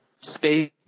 space